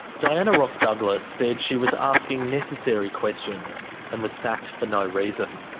diana ross douglas said she was asking necessary questions and was sacked for no reason.